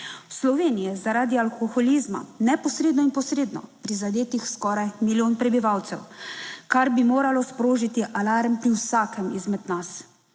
Sloveniji je, zaradi alkoholizma neposredno in posredno prizadetih skoraj milijon prebivalcev, kar bi moralo sprožiti alarm pri vsakem izmed nas.